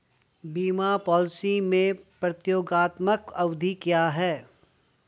बीमा पॉलिसी में प्रतियोगात्मक अवधि क्या है?